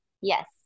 Yes